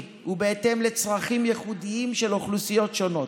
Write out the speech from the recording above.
ובהתאם לצרכים ייחודיים של אוכלוסיות שונות.